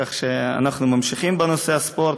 כך שאנחנו ממשיכים בנושא הספורט.